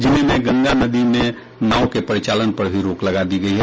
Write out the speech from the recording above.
जिले में गंगा नदी में नाव के परिचालन पर भी रोक लगा दी गयी है